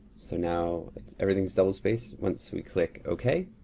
so now everything's double spaced once we click okay.